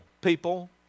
people